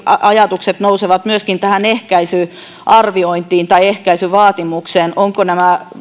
ajatukset nousevat myöskin tähän ehkäisyarviointiin tai ehkäisyvaatimukseen ovatko nämä